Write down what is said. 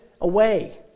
away